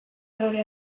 errore